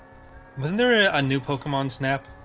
but and yeah a new pokemon snap?